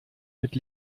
mit